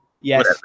Yes